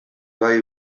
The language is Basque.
bai